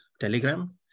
Telegram